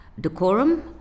Decorum